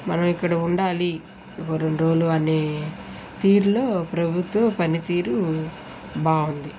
మనం ఇక్కడ ఉండాలి ఒక రెండు రోలు అనే తీరులో ప్రభుత్వ పని తీరు బావుంది